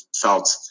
felt